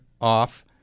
off